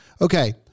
okay